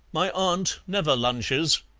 my aunt never lunches,